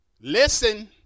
Listen